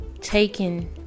taken